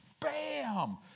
Bam